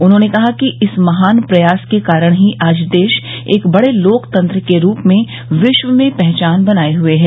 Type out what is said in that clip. उन्होंने कहा कि इस महान प्रयास के कारण ही आज देश एक बड़े लोकतंत्र के रूप में विश्व में पहचान बनाये हुए हैं